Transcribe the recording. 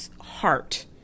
heart